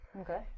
Okay